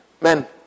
Men